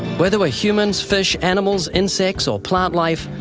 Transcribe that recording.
whether we're humans, fish, animals, insects, or plant life,